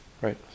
right